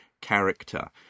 character